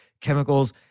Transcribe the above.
chemicals